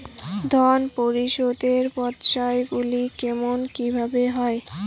ঋণ পরিশোধের পর্যায়গুলি কেমন কিভাবে হয়?